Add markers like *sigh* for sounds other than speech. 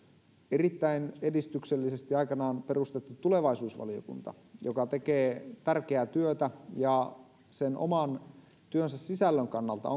erittäin edistyksellisesti aikanaan perustettu tulevaisuusvaliokunta joka tekee tärkeää työtä ja sen oman työnsä sisällön kannalta *unintelligible*